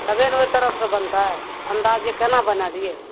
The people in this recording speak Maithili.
तबे ने ओहि तरहसे बनतै अन्दाजे केना बना दियै